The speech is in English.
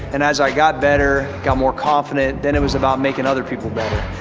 and as i got better, got more confident, then it was about making other people better.